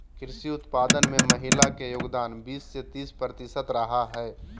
कृषि उत्पादन में महिला के योगदान बीस से तीस प्रतिशत रहा हइ